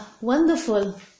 wonderful